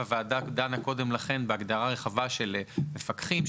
הוועדה דנה קודם לכן בהגדרה רחבה של מפקחים,